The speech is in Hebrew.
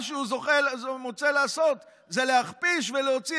מה שהוא מוצא לעשות זה להכפיש ולהוציא